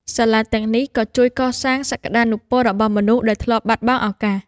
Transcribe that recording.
សាលាទាំងនេះក៏ជួយកសាងសក្តានុពលរបស់មនុស្សដែលធ្លាប់បាត់បង់ឱកាស។